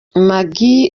maggie